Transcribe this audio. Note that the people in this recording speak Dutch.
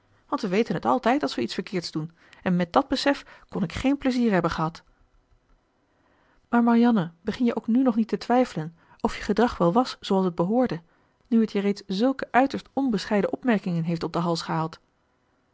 want we weten het altijd als we iets verkeerds doen en met dàt besef kon ik geen pleizier hebben gehad maar marianne begin je ook nu nog niet te twijfelen of je gedrag wel was zooals het behoorde nu het je reeds zulke uiterst onbescheiden opmerkingen heeft op den hals gehaald